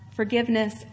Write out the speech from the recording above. Forgiveness